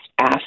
asked